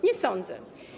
Nie sądzę.